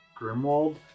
Grimwald